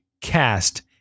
cast